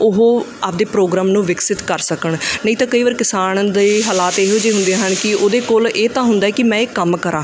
ਉਹ ਆਪਣੇ ਪ੍ਰੋਗਰਾਮ ਨੂੰ ਵਿਕਸਿਤ ਕਰ ਸਕਣ ਨਹੀਂ ਤਾਂ ਕਈ ਵਾਰ ਕਿਸਾਨ ਦੇ ਹਾਲਾਤ ਇਹੋ ਜਿਹੇ ਹੁੰਦੇ ਹਨ ਕਿ ਉਹਦੇ ਕੋਲ ਇਹ ਤਾਂ ਹੁੰਦਾ ਕਿ ਮੈਂ ਇਹ ਕੰਮ ਕਰਾਂ